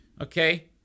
Okay